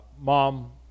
mom